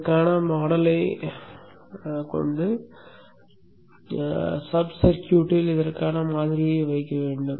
இதற்கான மாடலைப் போட்டு சப் சர்க்யூட்டில் இதற்கான மாதிரியை வைக்க வேண்டும்